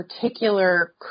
particular